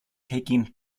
taking